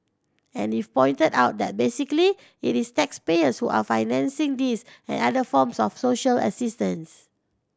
and if pointed out that basically it is taxpayers who are financing this and other forms of social assistance